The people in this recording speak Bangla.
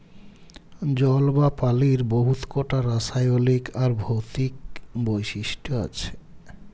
জল বা পালির বহুত কটা রাসায়লিক আর ভৌতিক বৈশিষ্ট আছে